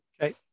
Okay